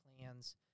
plans